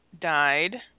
died